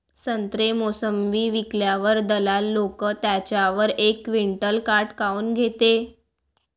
संत्रे, मोसंबी विकल्यावर दलाल लोकं त्याच्यावर एक क्विंटल काट काऊन घेते?